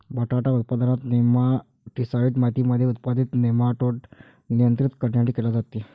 बटाटा उत्पादनात, नेमाटीसाईड मातीमध्ये उत्पादित नेमाटोड नियंत्रित करण्यासाठी केले जाते